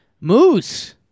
Moose